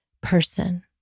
person